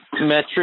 Metric